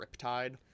Riptide